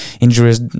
injuries